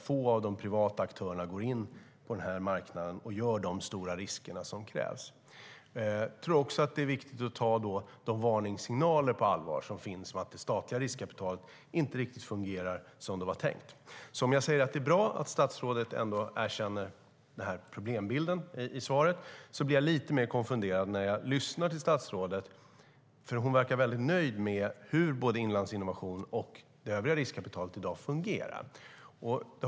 Få privata aktörer går nämligen in på den här marknaden och tar de stora risker som krävs. Jag tror att det är viktigt att ta varningssignalerna om att det statliga riskkapitalet inte riktigt fungerar som tänkt på allvar. Även om jag säger att det är bra att statsrådet erkänner problembilden i sitt svar blir jag lite konfunderad när jag lyssnar till henne, för hon verkar väldigt nöjd med hur både Inlandsinnovation och det övriga riskkapitalet fungerar i dag.